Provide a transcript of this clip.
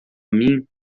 mim